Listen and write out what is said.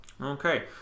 okay